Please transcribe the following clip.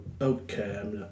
okay